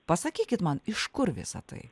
pasakykit man iš kur visa tai